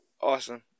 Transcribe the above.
awesome